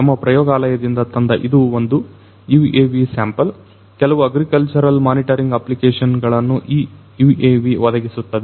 ನನ್ನ ಪ್ರಯೋಗಾಲಯದಿಂದ ತಂದ ಇದು ಒಂದು UAV ಸ್ಯಾಂಪಲ್ ಕೆಲವು ಅಗ್ರಿಕಲ್ಚರಲ್ ಮಾನಿಟರಿಂಗ್ ಅಪ್ಲಿಕೇಶನ್ ಗಳನ್ನುಈ UAV ಒದಗಿಸುತ್ತದೆ